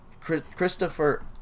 Christopher